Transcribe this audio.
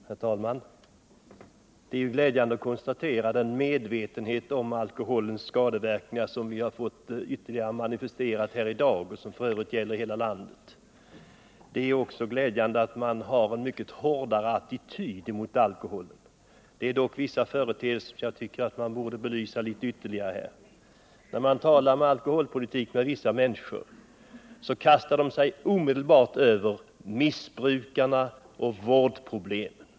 Herr talman! Det är glädjande att konstatera den medvetenhet om alkoholens skadeverkningar som vi fått ytterligare manifesterad här i dag — något som f. ö. gäller hela landet. Det är också glädjande att man nu har en mycket hårdare attityd mot alkohol. Det är dock vissa företeelser som jag tycker borde belysas ytterligare. När man talar med vissa människor om alkoholpolitik kastar de sig omedelbart över missbrukarna och vårdproblemen.